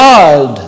God